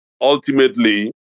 ultimately